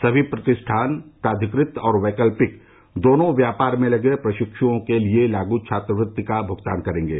सभी प्रतिष्ठान प्राधिकृत और वैकल्पिक दोनों व्यापार में लगे प्रशिक्ष्ओं के लिए लागू छात्रवृत्ति का भुगतान करेंगे